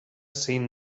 zein